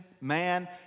man